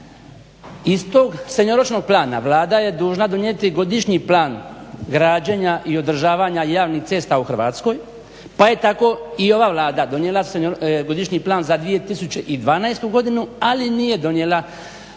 Iz tog srednjoročnog plana Vlada je dužna donijeti godišnji plan građenja i održavanja javnih cesta u Hrvatskoj, pa je tako i ova Vlada donijela Godišnji plan za 2012.godinu ali nije donijela godišnji